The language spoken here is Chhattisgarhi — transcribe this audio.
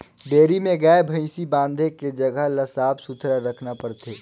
डेयरी में गाय, भइसी बांधे के जघा ल साफ सुथरा रखना परथे